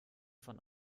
von